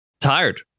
Tired